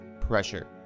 pressure